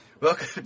welcome